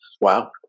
Wow